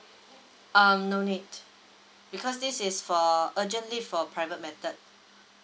um no need because this is for urgent leave for private matter